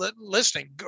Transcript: listening